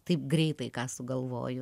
taip greitai ką sugalvoju